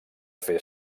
fer